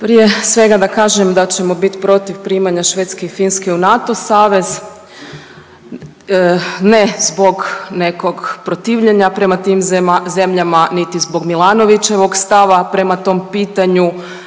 Prije svega da kažem da ćemo biti protiv primanja Švedske i Finske u NATO savez ne zbog nekog protivljenja prema tim zemljama, niti zbog Milanovićevog stava prema tom pitanju